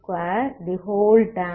ep2dp0